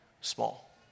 small